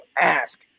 ask